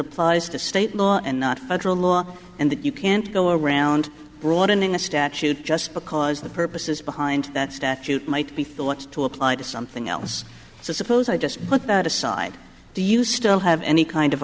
applies to state law and not federal law and that you can't go around broadening the statute just because the perp this is behind that statute might be thought to apply to something else so suppose i just put that aside do you still have any kind of